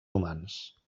humans